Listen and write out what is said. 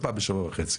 אז פעם בשבוע וחצי.